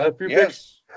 Yes